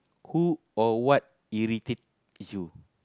who or what irritates you